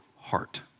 heart